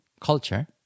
culture